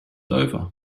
over